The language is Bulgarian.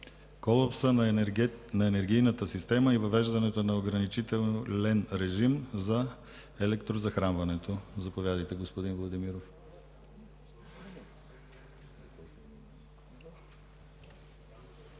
колапса на енергийната система и въвеждането на ограничителен режим за електрозахранването. Заповядайте, господин Владимиров.